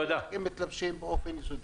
אם מתלבשים עליהם באופן יסודי.